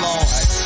Lord